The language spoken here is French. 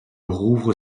rouvre